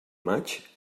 maig